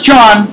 John